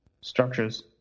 structures